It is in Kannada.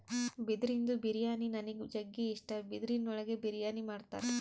ಬಿದಿರಿಂದು ಬಿರಿಯಾನಿ ನನಿಗ್ ಜಗ್ಗಿ ಇಷ್ಟ, ಬಿದಿರಿನ್ ಒಳಗೆ ಬಿರಿಯಾನಿ ಮಾಡ್ತರ